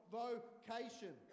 vocation